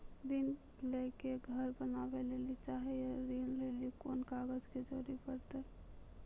ऋण ले के घर बनावे लेली चाहे या ऋण लेली कोन कागज के जरूरी परतै?